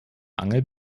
angel